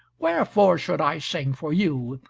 wherefore should i sing for you,